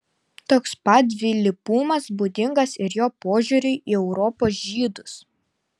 toks pat dvilypumas būdingas ir jo požiūriui į europos žydus